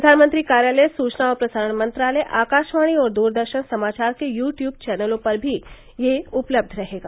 प्रधानमंत्री कार्यालय सूचना और प्रसारण मंत्रालय आकाशवाणी और दूरदर्शन समाचार के यू ट्यूब चौनलों पर भी यह उपलब्ध रहेगा